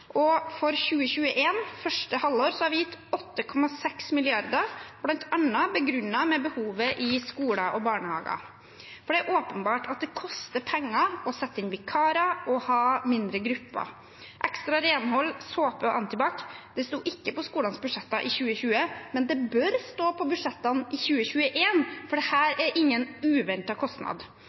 og for første halvår 2021 har vi gitt 8,6 mrd. kr, bl.a. begrunnet med behovet i skoler og barnehager, for det er åpenbart at det koster penger å sette inn vikarer og ha mindre grupper. Ekstra renhold, såpe og antibac sto ikke på skolenes budsjetter i 2020, men det bør stå på budsjettene for 2021, for dette er ingen uventet kostnad,